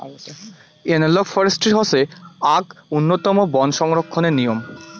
analogue forestry হসে আক উন্নতম বন সংরক্ষণের নিয়ম